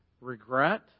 regret